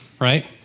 right